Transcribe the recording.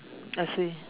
I see